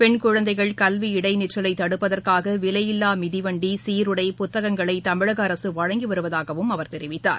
pen குழந்தைகள் கல்வி இளடநிற்றலை தடுப்பதற்காக விலையில்லா மிதிவண்டி சீருடை புத்தகங்களை தமிழக அரசு வழங்கி வருதாகவும் தெரிவித்தார்